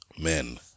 men